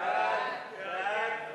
סעיפים 3